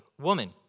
Woman